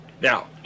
Now